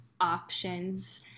options